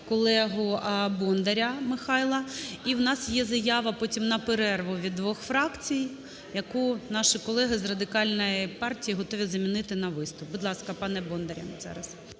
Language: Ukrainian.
колегу Бондаря Михайла. І у нас є заява потім на перерву від двох фракцій, яку наші колеги з Радикальної партії готові замінити на виступ. Будь ласка, пане Бондар,